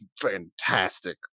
fantastic